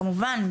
כמובן,